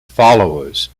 followers